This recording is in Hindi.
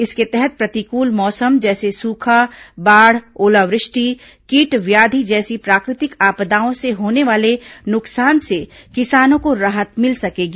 इसके तहत प्रतिकूल मौसम जैसे सूखा बाढ़ ओलावृष्टि कीट व्याधि जैसी प्राकृतिक आपदाओं से होने वाले नुकसान से किसानों को राहत मिल सकेगी